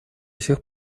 сих